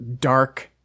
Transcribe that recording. dark